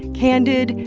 candid,